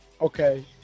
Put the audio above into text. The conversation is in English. Okay